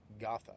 Gotha